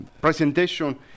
Presentation